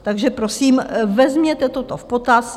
Takže prosím, vezměte toto v potaz.